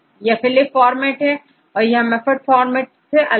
र यह PHYLIP format है यहांMAFFT फॉर्मेट से अलग है